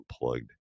unplugged